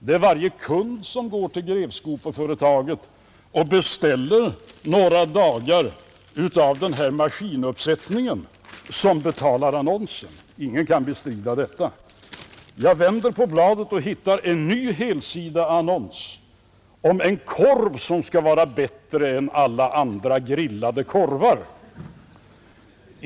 Det är varje kund som beställer några dagars arbete av den här maskinuppsättningen som betalar annonsen, Ingen kan bestrida detta. När jag vände på bladet, hittade jag en ny helsidesannons, denna gång om en korv som skall vara bättre än alla andra grillade korvar.